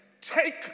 Take